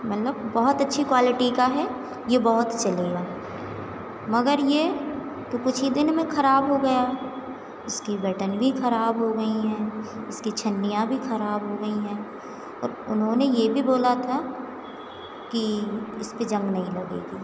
मतलब बहुत अच्छी क्वालिटी का है यह बहुत चलेगा मगर यह तो कुछ ही दिन में खराब हो गया इसकी बटन भी खराब हो गई हैं इसकी छन्नियाँ भी खराब हो गई हैं उन्होंने यह भी बोला था कि इसमें जंग नहीं लगेगा